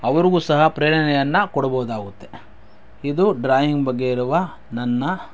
ಅವ್ರಿಗೂ ಸಹ ಪ್ರೇರಣೆಯನ್ನು ಕೊಡಬಹುದಾಗುತ್ತೆ ಇದು ಡ್ರಾಯಿಂಗ್ ಬಗ್ಗೆ ಇರುವ ನನ್ನ